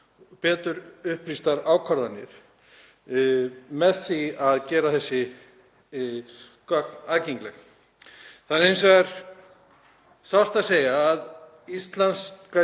betur upplýstar ákvarðanir með því að gera þessi gögn aðgengileg. Það er hins vegar sárt að segja að íslenska